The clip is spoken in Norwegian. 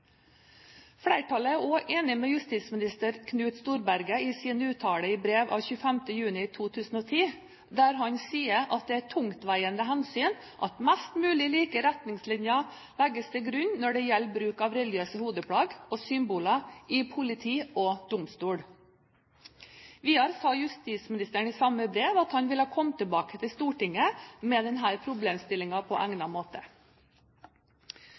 Flertallet er også enig med justisminister Knut Storberget i hans uttalelse i brev av 25. juni 2010, der han sier at «det er et tungtveiende hensyn at mest mulig like retningslinjer legges til grunn når det gjelder bruk av religiøse hodeplagg og symboler i politi og domstol». Videre sa justisministeren i samme brev at han vil komme tilbake til Stortinget med denne problemstillingen på egnet måte.